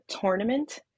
tournament